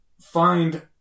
find